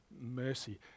mercy